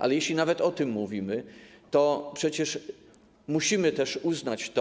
Ale jeśli nawet o tym mówimy, to przecież musimy też uznać,